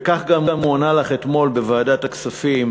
וכך גם הוא ענה לך אתמול בוועדת הכספים,